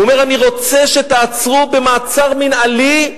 אומר: אני רוצה שתעצרו במעצר מינהלי,